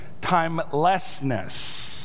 timelessness